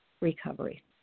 recovery